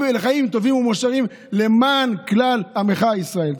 לחיים טובים ומאושרים למען כלל עמך ישראל.